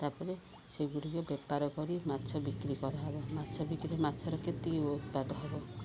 ତାପରେ ସେଗୁଡ଼ିକୁ ବେପାର କରି ମାଛ ବିକ୍ରି କରାହେବ ମାଛ ବିକିଲେ ମାଛର କେତେ ଉତ୍ପାଦ ହବ